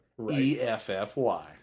EFFY